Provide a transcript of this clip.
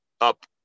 up